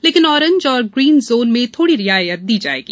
लेकिन ऑरेंज और green zone में थोड़ी रियायत दी जाएगी